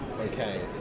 okay